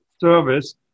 service